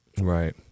right